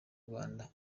rwanda